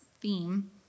theme